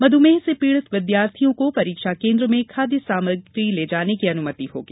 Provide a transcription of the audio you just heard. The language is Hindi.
मधुमेह से पीडित विद्यार्थियों को परीक्षा कोन्द्र में खाद्य सामग्री ले जाने की अनुमति होगी